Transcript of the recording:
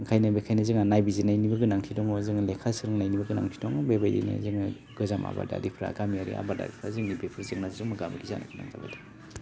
ओंखायनो बेखायनो जोङो नायबिजिरनायनिबो गोनांथि दङ जोङो लेखा सोलोंनायनिबो गोनांथि दं बेबायदिनो जोङो गोजाम आबादारिफ्रा गामियारि आबादारिफ्रा जोंनि बेफोर जेंनाजों मोगा मोगि जानो गोनां जाबाय थादों